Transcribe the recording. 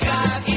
God